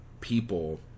people